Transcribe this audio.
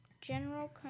General